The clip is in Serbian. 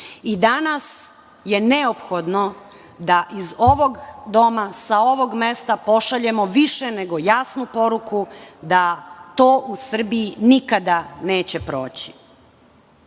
I danas je neophodno da iz ovog doma, sa ovog mesta pošaljemo više nego jasnu poruku da to u Srbiji nikada neće